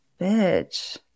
Bitch